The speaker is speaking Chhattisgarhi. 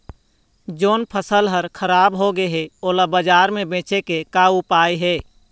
जोन फसल हर खराब हो गे हे, ओला बाजार म बेचे के का ऊपाय हे?